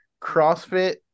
CrossFit